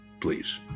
please